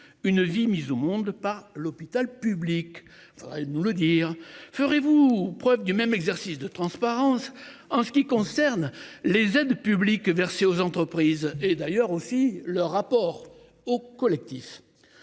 une vie mise au monde par l'hôpital public. Nous le dire ferez-vous preuve du même exercice de transparence en ce qui concerne les aides publiques versées aux entreprises et d'ailleurs aussi le rapport au collectif.